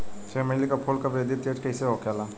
चमेली क फूल क वृद्धि तेजी से कईसे होखेला?